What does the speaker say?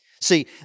See